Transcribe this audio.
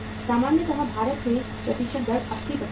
सामान्यतः भारत में प्रतिशत दर 80 है